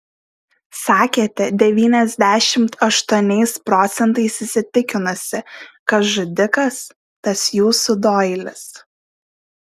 sakėte devyniasdešimt aštuoniais procentais įsitikinusi kad žudikas tas jūsų doilis